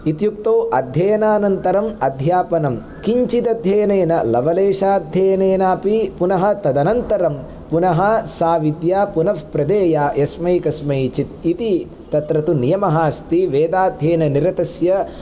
इत्युक्तो अध्ययनान्तरम् अध्यापनं किञ्चित् अध्ययनेन लवलेशाध्ययनेनापि पुनः तदनन्तरं पुनः सा विद्या पुनः प्रदेया यस्मै कस्मैचित् इति तत्र तु नियमः अस्ति वेदाध्ययननिरतस्य